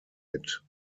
mit